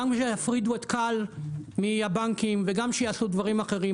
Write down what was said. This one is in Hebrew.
גם כשיפריטו את כאל מהבנקים וגם כשיעשו דברים אחרים.